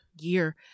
year